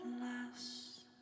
last